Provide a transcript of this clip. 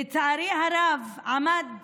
לצערי הרב, עמד